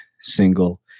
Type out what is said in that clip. single